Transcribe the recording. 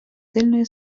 сильної